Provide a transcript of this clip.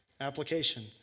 Application